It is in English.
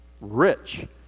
rich